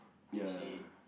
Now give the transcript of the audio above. you see